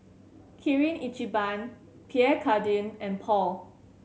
Kirin Ichiban Pierre Cardin and Paul